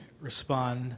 respond